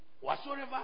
Whatsoever